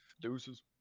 deuces